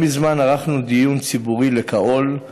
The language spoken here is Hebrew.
לא מזמן ערכנו דיון ציבורי לכאו"ל,